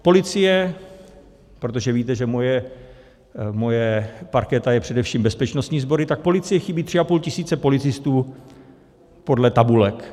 Policii, protože víte, že moje parketa jsou především bezpečnostní sbory, tak policii chybí 3,5 tisíce policistů podle tabulek.